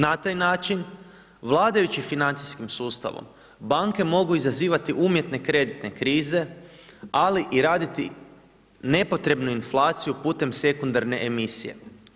Na taj način vladajući financijskim sustavom banke mogu izazivati umjetne kreditne krize, ali i raditi nepotrebnu inflaciju putem sekundarne emisije.